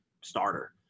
starter